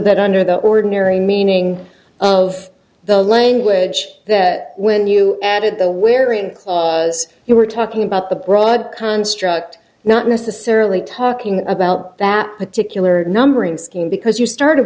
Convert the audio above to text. that under the ordinary meaning of the language that when you added the wherry and you were talking about the broad construct not necessarily talking about that particular numbering scheme because you started